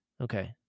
Okay